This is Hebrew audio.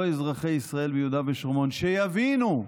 לא אזרחי ישראל ביהודה ושומרון, שיבינו,